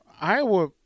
Iowa